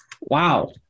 Wow